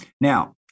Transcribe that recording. Now